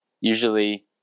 Usually